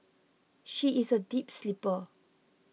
she is a deep sleeper